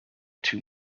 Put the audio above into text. too